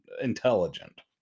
intelligent